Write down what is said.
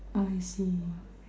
I see